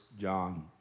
John